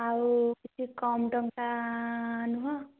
ଆଉ କିଛି କମ୍ ଟଙ୍କା ନୁହଁ